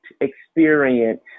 experience